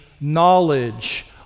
knowledge